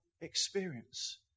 experience